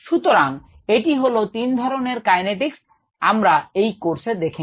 সুতরাং এটি হলো তিন ধরনের কাইনেটিকস আমরা এই কোর্সএ দেখে নেব